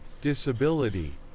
disability